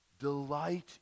delight